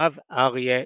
והרב אריה גרליץ.